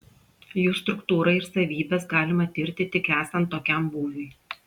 jų struktūrą ir savybes galima tirti tik esant tokiam būviui